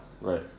Right